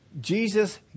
Jesus